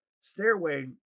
stairway